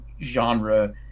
genre